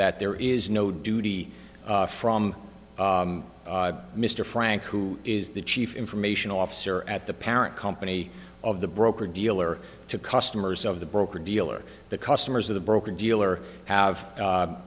that there is no duty from mr frank who is the chief information officer at the parent company of the broker dealer to customers of the broker dealer the customers of the broker dealer have